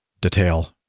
detail